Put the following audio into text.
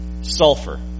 sulfur